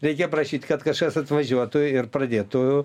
reikia prašyt kad kažkas atvažiuotų ir pradėtų